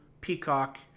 Peacock